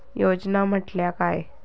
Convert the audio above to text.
योजना म्हटल्या काय?